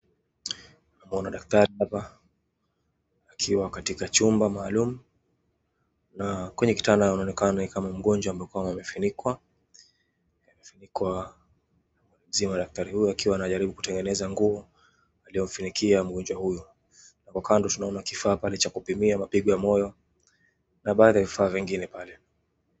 Tunamwona daktari hap,a akiwa katika chumba maalum, na kwenye kitanda inaonekana ni kama mgonjwa amefunikwa, amafunikwa, daktari huyo akiwa anajaribu kutengeneza nguo, aliyomfunikia mgonjwa huyo, hapo kando tunaona kifaa kinachotumiwa kupimia mapigo ya moyo, na baadhi ya vifaa vingine pale.